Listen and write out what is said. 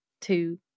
two